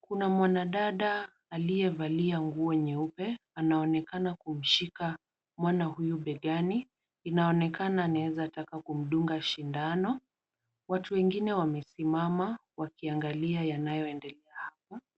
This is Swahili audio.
Kuna mwanadada aliyevalia nguo nyeupe, anaonekana kumshika mwana huyu begani, inaonekana anaezataka kumdunga sindano. Watu wengine wamesimama wakiangalia yanayoendelea hapa.